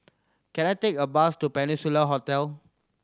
can I take a bus to Peninsula Hotel